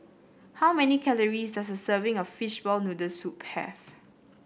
how many calories does a serving of Fishball Noodle Soup have